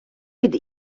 від